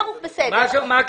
ברוך, בסדר.